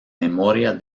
memoria